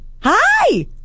hi